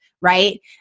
right